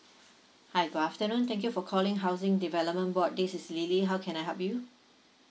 hi good afternoon thank you for calling housing development board this is lily how can I help you